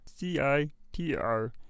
CITR